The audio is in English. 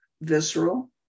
visceral